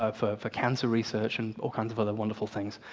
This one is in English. ah for for cancer research and all kinds of other wonderful things.